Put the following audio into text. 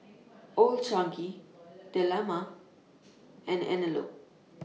Old Chang Kee Dilmah and Anello